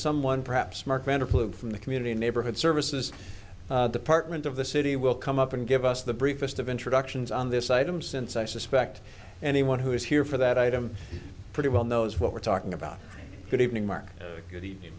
flew from the community neighborhood services department of the city will come up and give us the briefest of introductions on this item since i suspect anyone who is here for that item pretty well knows what we're talking about good evening mark good evening